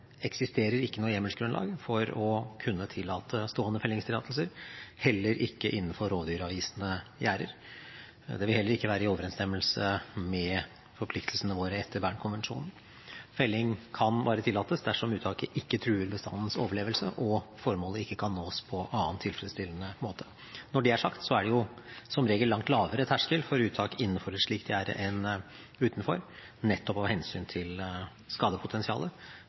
eksisterer ikke noe hjemmelsgrunnlag for å kunne tillate stående fellingstillatelser, heller ikke innenfor rovdyravvisende gjerder. Det vil heller ikke være i overensstemmelse med forpliktelsene våre etter Bern-konvensjonen. Felling kan bare tillates dersom uttaket ikke truer bestandens overlevelse og formålet ikke kan nås på annen tilfredsstillende måte. Når det er sagt: Det er jo som regel langt lavere terskel for uttak innenfor et slikt gjerde enn utenfor, nettopp av hensyn til skadepotensialet.